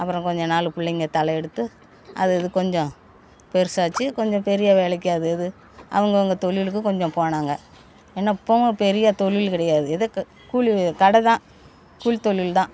அப்புறம் கொஞ்சம் நாள் பிள்ளைங்க தலை எடுத்து அதது கொஞ்சம் பெருசாச்சு கொஞ்சம் பெரிய வேலைக்கு அதது அவங்கவுங்க தொழிலுக்கு கொஞ்சம் போனாங்க என்ன இப்பவும் பெரிய தொழில் கிடையாது ஏதோ க கூலி கடைதான் கூலி தொழில்தான்